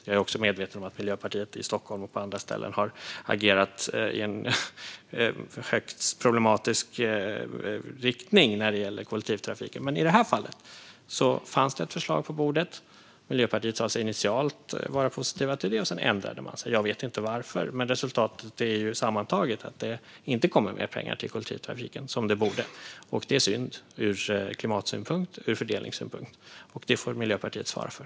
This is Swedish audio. Jag är också medveten om att Miljöpartiet i Stockholm och på andra ställen har agerat i en högst problematisk riktning när det gäller kollektivtrafiken. Men i detta fall fanns det ett förslag på bordet. Från Miljöpartiet sa man sig initialt vara positiva till det, men sedan ändrade man sig. Jag vet inte varför, men resultatet är sammantaget att det inte kommer mer pengar till kollektivtrafiken, som det borde. Det är synd ur klimatsynpunkt och ur fördelningssynpunkt. Detta får Miljöpartiet svara för.